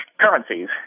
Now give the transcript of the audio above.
currencies